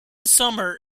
summer